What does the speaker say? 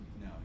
No